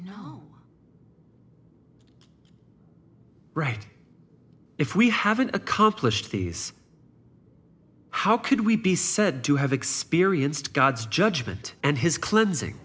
right if we haven't accomplished these how could we be said to have experienced god's judgment and his cleansing